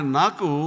naku